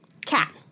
cat